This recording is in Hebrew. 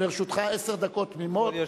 לרשותך עשר דקות תמימות,